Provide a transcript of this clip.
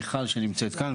מיכל שנמצאת כאן,